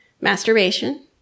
masturbation